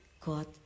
God